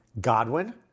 Godwin